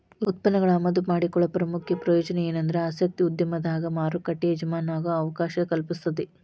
ಉತ್ಪನ್ನಗಳನ್ನ ಆಮದು ಮಾಡಿಕೊಳ್ಳೊ ಪ್ರಮುಖ ಪ್ರಯೋಜನ ಎನಂದ್ರ ಆಸಕ್ತಿಯ ಉದ್ಯಮದಾಗ ಮಾರುಕಟ್ಟಿ ಎಜಮಾನಾಗೊ ಅವಕಾಶ ಕಲ್ಪಿಸ್ತೆತಿ